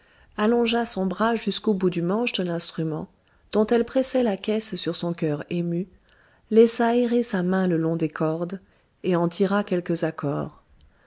allongea son bras jusqu'au bout du manche de l'instrument dont elle pressait la caisse sur son cœur ému laissa errer sa main le long des cordes et en tira quelques accords